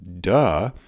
Duh